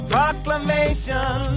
Proclamation